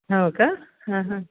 हो का हां हां